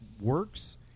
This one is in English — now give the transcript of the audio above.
works